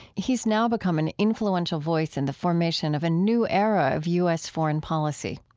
he's now become an influential voice in the formation of a new era of u s. foreign policy.